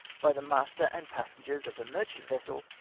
by the master and passengers of a merchant vessel,